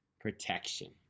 protection